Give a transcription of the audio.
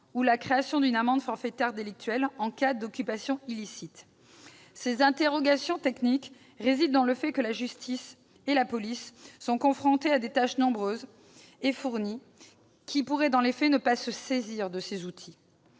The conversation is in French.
ou la création d'une amende forfaitaire délictuelle en cas d'occupation illicite. Ces interrogations techniques reposent sur le fait que la justice et la police, confrontées à des tâches nombreuses et fournies, pourraient dans les faits ne pas se saisir de ces outils.